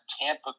Tampa